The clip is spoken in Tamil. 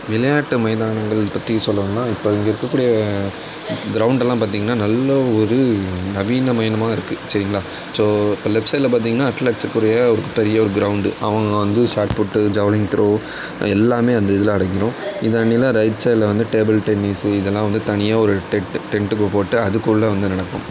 விளையாட்டு மைதானங்கள் பற்றி சொல்லணும்னா இப்போ இங்கே இருக்க கூடிய கிரவுண்ட் எல்லாம் பார்த்திங்கன்னா நல்ல ஒரு நவீன மயமாக இருக்கு சரிங்களா ஸோ லெஃப்ட் சைடில் பார்த்திங்கன்னா அத்லெட்ஸுக்குரிய ஒரு பெரிய ஒரு கிரவுண்ட் அவங்க வந்து சாட்புட்டு ஜவ்லிங் த்ரோ எல்லாம் அந்த இதில் அடங்கிடும் இதில் ரைட் சைடில் வந்து டேபுல் டென்னிஸு இதலாம் தனியாக வந்து டெண்ட்டுக்கு போட்டு அதுக்குள்ளே வந்து நடக்கும்